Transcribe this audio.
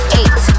eight